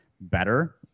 better